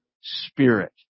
spirit